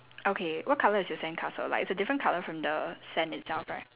okay what colour is your sandcastle like it's different colour from the sand itself right